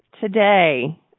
today